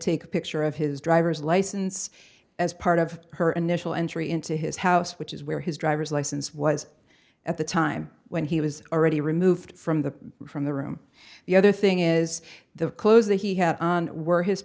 take a picture of his driver's license as part of her initial entry into his house which is where his driver's license was at the time when he was already removed from the from the room the other thing is the clothes that he had on were his